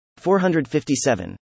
457